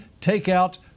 takeout